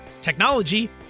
technology